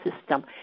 system